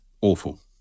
awful